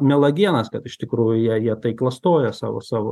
melagienas kad iš tikrųjų jie jie tai klastoja savo savo